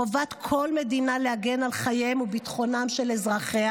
חובת כל מדינה להגן על חייהם וביטחונם של אזרחיה